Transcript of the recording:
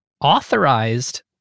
authorized